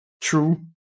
True